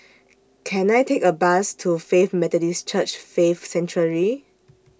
Can I Take A Bus to Faith Methodist Church Faith Sanctuary